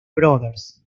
brothers